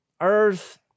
earth